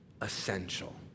essential